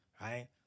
right